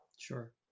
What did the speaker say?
sure